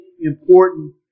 important